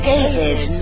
David